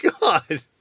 God